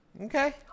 Okay